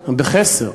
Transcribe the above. או בחסר.